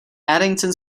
addington